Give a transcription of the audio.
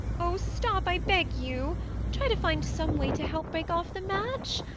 oh, stop, i beg you try to find some way to help break off the match.